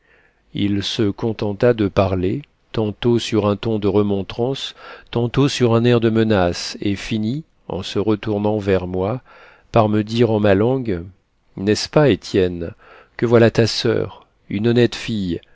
il se contenta de parler tantôt sur un ton de remontrance tantôt sur un air de menace et finit en se retournant vers moi par me dire en ma langue n'est ce pas étienne que voilà ta soeur une honnête fille